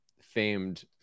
famed